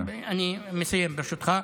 אני מסיים, ברשותך.